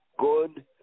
good